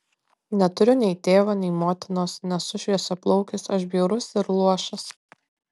neturiu nei tėvo nei motinos nesu šviesiaplaukis aš bjaurus ir luošas